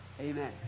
Amen